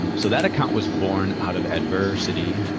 um so that account was born out of adversity,